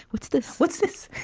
what's this? what's this?